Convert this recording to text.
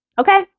Okay